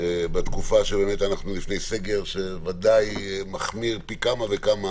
בתקופה לפני סגר, בתקופה שמחמירה פי כמה וכמה